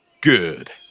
Good